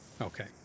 Okay